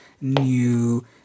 new